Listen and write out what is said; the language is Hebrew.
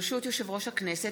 ברשות יושב-ראש הכנסת,